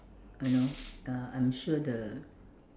you know uh I'm sure the